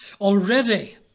already